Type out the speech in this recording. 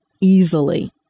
easily